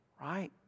right